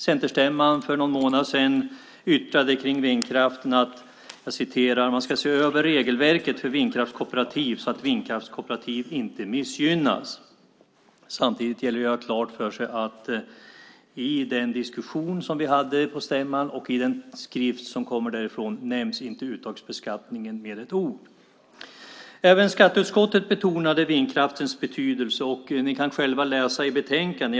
Centerstämman för någon månad sedan yttrade kring vindkraften att man ska se över regelverket för vindkraftskooperativ, så att vindkraftskooperativ inte missgynnas. Samtidigt gäller det att ha klart för sig att i den diskussion som vi hade på stämman och i den skrift som kommer därifrån nämns inte uttagsbeskattningen med ett ord. Även skatteutskottet betonade vindkraftens betydelse, och ni kan själva läsa det i betänkandet.